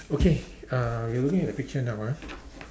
okay uh you looking at the picture now ah